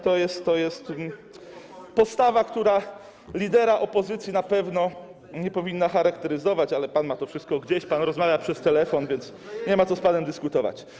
To jest postawa, która lidera opozycji na pewno nie powinna charakteryzować, ale pan ma to wszystko gdzieś, pan rozmawia przez telefon, więc nie ma co z panem dyskutować.